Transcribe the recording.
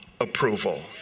approval